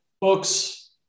books